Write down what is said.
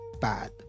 bad